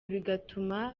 bigatuma